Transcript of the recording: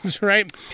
right